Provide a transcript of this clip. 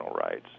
rights